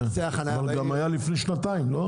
אבל גם היה לפני שנתיים לא?